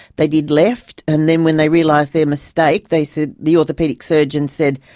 they did left. and then when they realised their mistake they said, the orthopaedic surgeon said,